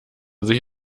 sich